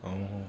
oh